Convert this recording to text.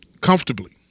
comfortably